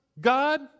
God